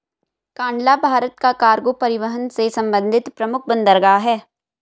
कांडला भारत का कार्गो परिवहन से संबंधित प्रमुख बंदरगाह है